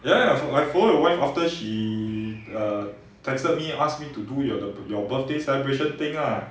ya I follow your wife after she err texted me asked me to do your your birthday celebration thing ah